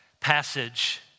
passage